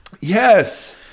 Yes